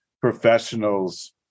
professionals